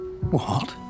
What